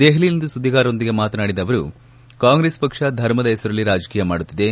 ದೆಹಲಿಯಲ್ಲಿಂದು ಸುದ್ದಿಗಾರರೊಂದಿಗೆ ಮಾತನಾಡಿದ ಅವರು ಕಾಂಗ್ರೆಸ್ ಪಕ್ಷ ಧರ್ಮದ ಹೆಸರಲ್ಲಿ ರಾಜಕೀಯ ಮಾಡುತ್ತಿದೆ